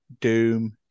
doom